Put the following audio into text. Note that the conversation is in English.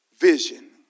vision